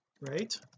right